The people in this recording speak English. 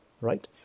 right